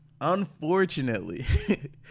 Unfortunately